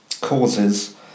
causes